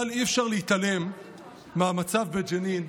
אבל אי-אפשר להתעלם מהמצב בג'נין,